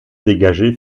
dégagées